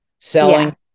Selling